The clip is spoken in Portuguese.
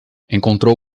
encontrou